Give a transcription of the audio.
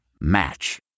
Match